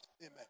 Amen